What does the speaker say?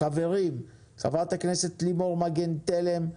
חברים: חברת הכנסת לימור מגן תלם,